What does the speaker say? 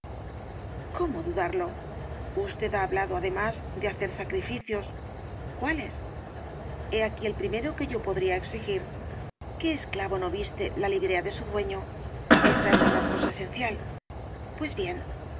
cómo dudarlo usted ha hablado además de hacer sacrificios cuáles pie aquí el primero que yo podría exigir qué esclavo no viste la librea de su dueño esta es una cosa esencial pues bien